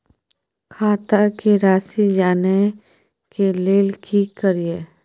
खाता के राशि जानय के लेल की करिए?